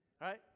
Right